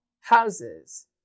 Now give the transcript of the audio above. houses